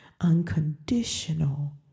unconditional